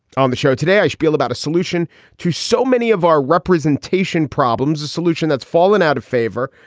on the show today, i shpiel about a solution to so many of our representation problems, a solution that's fallen out of favor,